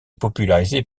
popularisée